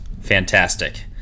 Fantastic